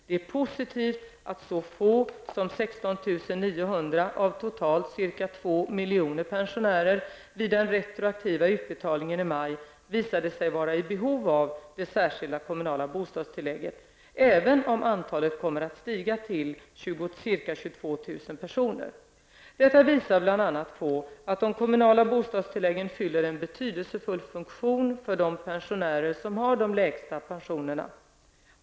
Det är positivt att så få som 16 900 av totalt ca 2 000 000 pensionärer vid den retroaktiva utbetalningen i maj visade sig vara i behov av det särskilda kommunala bostadstillägget, även om antalet kommer att stiga till ca 22 000 personer. Detta visar bl.a. att de kommunala bostadstilläggen fyller en betydelsefull funktion för de pensionärer som har de lägsta pensionerna.